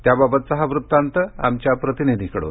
त्याबाबतचा वृत्तांत आमच्या प्रतिनिधीकड्रन